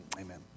amen